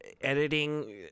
Editing